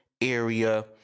area